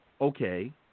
okay